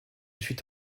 fut